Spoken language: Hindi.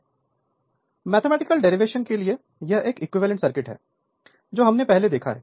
Refer Slide Time 0122 mathematical derivations के लिए यह एक इक्विवेलेंट सर्किट है जो हमने पहले देखा है